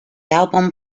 album